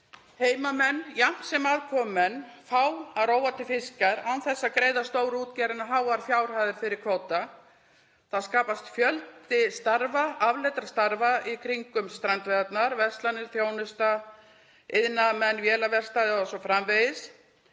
Heimamenn jafnt sem aðkomumenn fá að róa til fiskjar án þess að greiða stórútgerðinni háar fjárhæðir fyrir kvóta. Það skapast fjöldi starfa, afleiddra starfa í kringum strandveiðarnar, verslanir, þjónusta, iðnaðarmenn, vélaverkstæði o.s.frv.